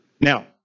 Now